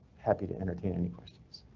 happy to entertain any questions.